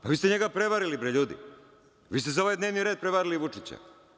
Vi ste njega prevarili ljudi, vi ste za ovaj dnevni red prevarili Vučića.